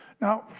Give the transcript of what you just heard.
Now